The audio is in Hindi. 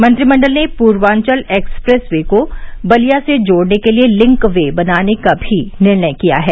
मंत्रिमंडल ने पूर्वांचल एक्सप्रेस वे को बलिया से जोड़ने के लिये लिंक वे बनाने का भी निर्णय किया है